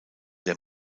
der